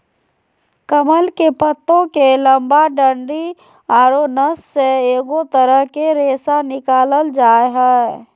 कमल के पत्तो के लंबा डंडि औरो नस से एगो तरह के रेशा निकालल जा हइ